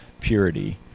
purity